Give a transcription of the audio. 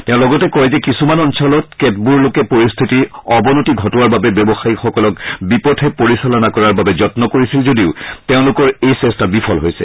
তেওঁ লগতে কয় যে কিছুমান অঞ্চলত কেতবোৰ লোকে পৰিস্থিতি অৱনতি ঘটোৱা বাবে ব্যৱসায়ীসকলক বিপথে পৰিচালনা কৰাৰ বাবে যম্ন কৰিছিল যদিও তেওঁলোকৰ এই চেষ্টা বিফল হৈছে